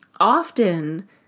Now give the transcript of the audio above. often